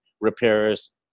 repairs